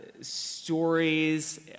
stories